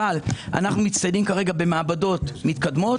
אבל אנחנו מצטיידים כרגע במעבדות מתקדמות,